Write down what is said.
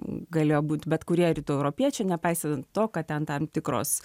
galėjo būt bet kurie rytų europiečiai nepaisant to kad ten tam tikros